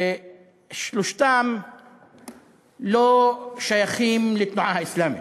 שלושתנו לא שייכים לתנועה האסלאמית.